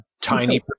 tiny